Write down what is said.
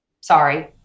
sorry